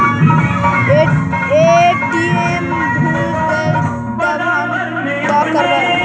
ATM भुला गेलय तब हम काकरवय?